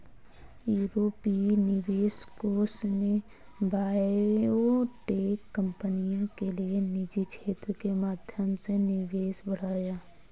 यूरोपीय निवेश कोष ने बायोटेक कंपनियों के लिए निजी क्षेत्र के माध्यम से निवेश बढ़ाया